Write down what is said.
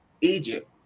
Egypt